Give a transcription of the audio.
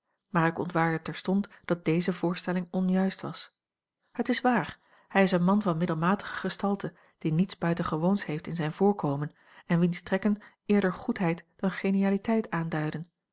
maar ik ontwaarde terstond dat deze voorstelling onjuist was het is waar hij is een man van middelmatige gestalte die niets buitengewoons heeft in zijn voorkomen en wiens trekken eerder goedheid dan genialiteit aanduidden